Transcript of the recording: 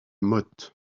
motte